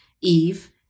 Eve